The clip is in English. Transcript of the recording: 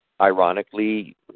ironically